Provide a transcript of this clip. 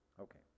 Okay